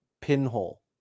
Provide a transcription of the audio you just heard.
pinhole